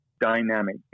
dynamic